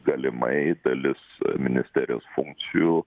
galimai dalis ministerijos funkcijų